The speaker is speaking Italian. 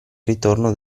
ritorno